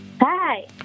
Hi